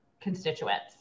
constituents